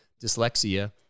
dyslexia